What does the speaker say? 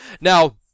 Now